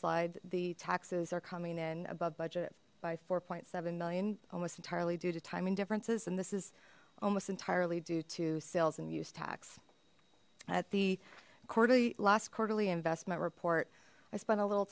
slides the taxes are coming in above budget by four seven million almost entirely due to timing differences and this is almost entirely due to sales and use tax at the quarterly last quarterly investment report i spent a little